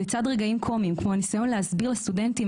לצד רגעים קומיים כמו הניסיון להסביר לסטודנטים